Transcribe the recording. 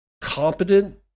competent